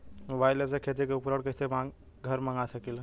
Mobile ऐपसे खेती के उपकरण कइसे घर मगा सकीला?